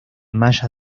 maya